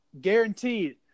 guaranteed